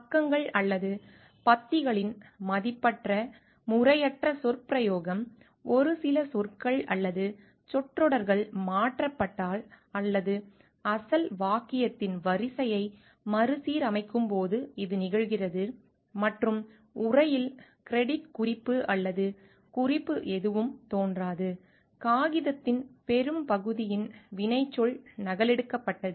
பக்கங்கள் அல்லது பத்திகளின் மதிப்பற்ற முறையற்ற சொற்பிரயோகம் ஒரு சில சொற்கள் அல்லது சொற்றொடர்கள் மாற்றப்பட்டால் அல்லது அசல் வாக்கியத்தின் வரிசையை மறுசீரமைக்கும்போது இது நிகழ்கிறது மற்றும் உரையில் கிரெடிட் குறிப்பு அல்லது குறிப்பு எதுவும் தோன்றாது காகிதத்தின் பெரும்பகுதியின் வினைச்சொல் நகலெடுக்கப்பட்டது